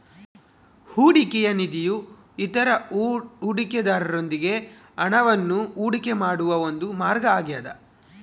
ಹೂಡಿಕೆಯ ನಿಧಿಯು ಇತರ ಹೂಡಿಕೆದಾರರೊಂದಿಗೆ ಹಣವನ್ನು ಹೂಡಿಕೆ ಮಾಡುವ ಒಂದು ಮಾರ್ಗ ಆಗ್ಯದ